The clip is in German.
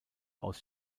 aus